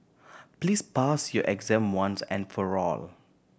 please pass your exam once and for all